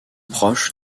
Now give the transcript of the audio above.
proche